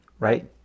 right